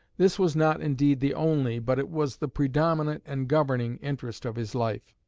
this was not indeed the only, but it was the predominant and governing, interest of his life.